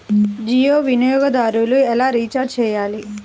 జియో వినియోగదారులు ఎలా రీఛార్జ్ చేయాలి?